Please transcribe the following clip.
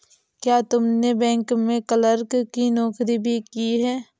क्या तुमने बैंक में क्लर्क की नौकरी भी की है?